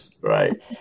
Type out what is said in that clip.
Right